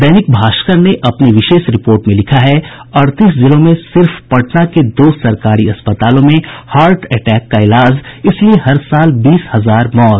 दैनिक भास्कर ने अपनी विशेष रिपोर्ट में लिखा है अड़तीस जिलों में सिर्फ पटना के दो सरकारी अस्पतालों में हार्ट अटैक का इलाज इसलिए हर साल बीस हजार मौत